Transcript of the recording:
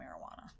marijuana